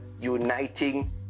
uniting